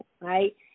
Right